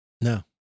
No